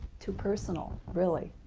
too personal really,